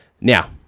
Now